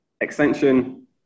extension